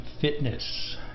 fitness